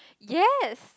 yes